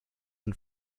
and